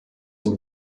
and